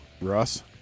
Russ